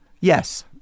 Yes